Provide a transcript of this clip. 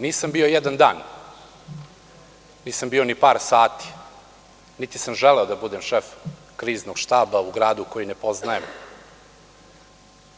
Nisam bio jedan dan, nisam bio ni par sati, niti sam želeo da budem šef Kriznog štaba u gradu koji ne poznajem,